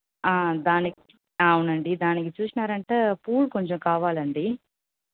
ఆ దానికి అవునండి దానికి చూసినారంటే పూలు కొంచెం కావాలండి